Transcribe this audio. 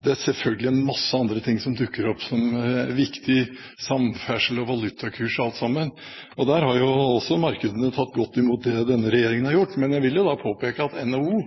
Det er selvfølgelig mange andre ting som dukker opp som er viktig; samferdsel, valutakurs og alt sammen. Der har også markedene tatt godt imot det denne regjeringen har gjort. Men jeg vil påpeke at NHO